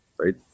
right